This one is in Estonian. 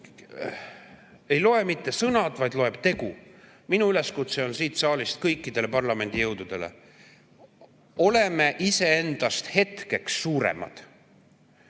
ei loe mitte sõnad, vaid loeb tegu. Minu üleskutse on siit saalist kõikidele parlamendijõududele: oleme iseendast hetkeks suuremad.